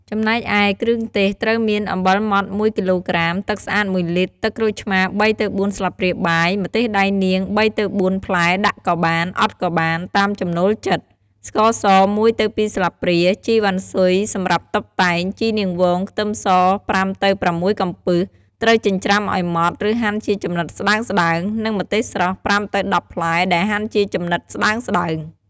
ចំណែកឯ គ្រឿងទេសត្រូវមាន អំបិលម៉ដ្ឋ ១ គីឡូក្រាម ទឹកស្អាត ១ លីត្រ, ទឹកក្រូចឆ្មារ ៣ ទៅ ៤ ស្លាបព្រាបាយ, ម្ទេសដៃនាង ៣ ទៅ ៤ ផ្លែដាក់ក៏បាន អត់ក៏បាន តាមចំណូលចិត្ត, ស្ករស ១ ទៅ ២ ស្លាបព្រា, ជីរវ៉ាន់ស៊ុយសម្រាប់តុបតែង, ជីនាងវង, ខ្ទឹមស ៥ ទៅ ៦ កំពឹស ត្រូវចិញ្ច្រាំឲ្យម៉ដ្ឋ ឬហាន់ជាចំណិតស្តើងៗ, និងម្ទេសស្រស់ ៥ទៅ១០ ផ្លែ ដែលហាន់ជាចំណិតស្តើងៗ។